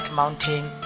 mountain